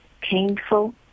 painful